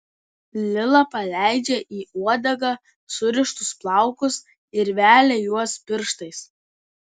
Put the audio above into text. lila paleidžia į uodegą surištus plaukus ir velia juos pirštais